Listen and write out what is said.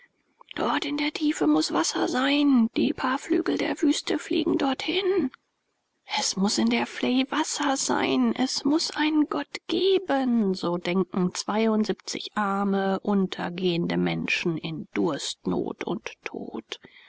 dort in der tiefe muß wasser sein die paar flügel der wüste fliegen dorthin es muß in der vley wasser sein es muß einen gott geben so denken zweiundsiebzig arme untergehende menschen in durstnot und tod